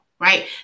right